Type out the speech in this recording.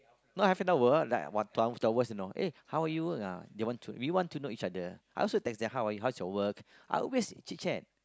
no half hour like one one two hours you know eh how are you work ah they want to we want to know each other I also text them how are you hows your work I always chit-chat